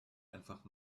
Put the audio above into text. einfach